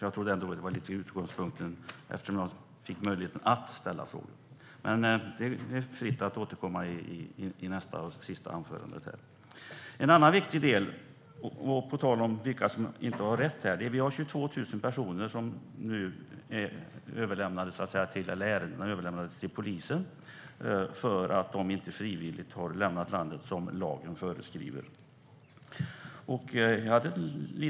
Jag tror ändå att det var utgångspunkten eftersom jag fick möjlighet att ställa frågor. Det är fritt att återkomma i nästa replik. Apropå vilka som inte har rätt att stanna finns 22 000 personer, eller ärenden, överlämnade till polisen för att de inte frivilligt har lämnat landet som lagen föreskriver.